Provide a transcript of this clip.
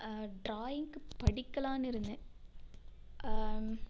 drawing படிக்கலாம்னு இருந்தேன்